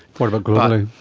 sort of globally?